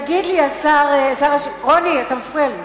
תגיד לי, השר, שר השיכון, רוני, אתה מפריע לי,